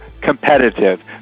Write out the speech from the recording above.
competitive